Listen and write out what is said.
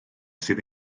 sydd